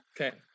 Okay